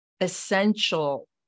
essential